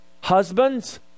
husbands